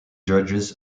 judges